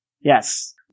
Yes